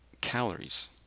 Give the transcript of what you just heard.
calories